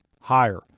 higher